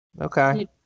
Okay